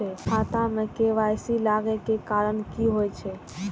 खाता मे के.वाई.सी लागै के कारण की होय छै?